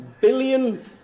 billion